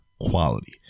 quality